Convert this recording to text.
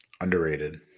Underrated